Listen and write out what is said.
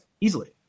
easily